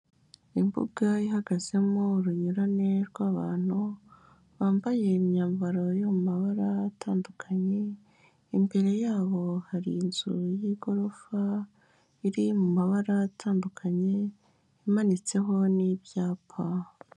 Imbuga ihagazemo urunyurane rw'abantu bambaye imyambaro yo mu mabara atandukanye, imbere yabo hari inzu y'igorofa iri mu mabara atandukanye imanitseho n'ibyapa.